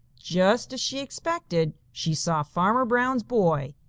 just as she expected, she saw farmer brown's boy,